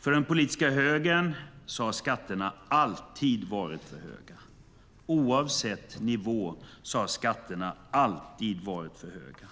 För den politiska högern har skatterna alltid varit för höga - oavsett nivå har skatterna alltid varit för höga.